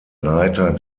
leiter